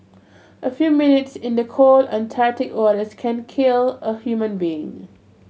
a few minutes in the cold Antarctic waters can kill a human being